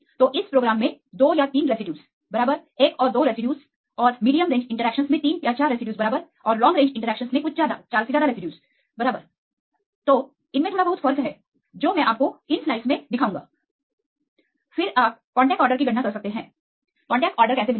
तो इस प्रोग्राम में दो या तीन रेसिड्यूज बराबर एक और दो रेसिड्यूज और मीडियम रेंज इंटरेक्शंस में तीन या चार रेसिड्यूज बराबर और लॉन्ग रेंज इंटरेक्शनस में कुछ ज्यादा और 4 से ज्यादा रेसिड्यूज बराबर तोइनमें थोड़ा बहुत फर्क है जो मैं आपको इन स्लाइड्स में दिखाऊंगा फिर आप कांटेक्ट आर्डर की गणना कर सकते हैं कांटेक्ट आर्डर कैसे मिलेगा